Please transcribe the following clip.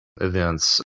events